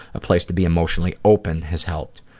a place to be emotionally open has helped.